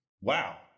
Wow